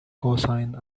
cosine